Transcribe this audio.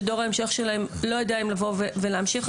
שדור ההמשך שלהם לא יודע אם לבוא ולהמשיך.